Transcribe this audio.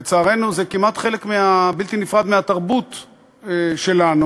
לצערנו, זה כמעט חלק בלתי נפרד מהתרבות שלנו.